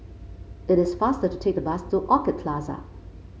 it is faster to take the bus to Orchid Plaza